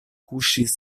kuŝis